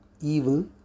evil